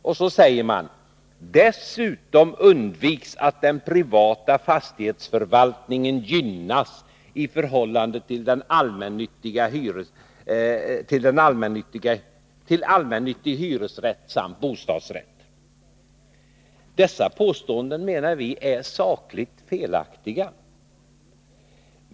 Man säger: ”Dessutom undviks att den privata fastighetsförvaltningen gynnas i förhållande till allmännyttig hyresrätt samt bostadsrätt.” Dessa påståenden menar vi är sakligt felaktiga.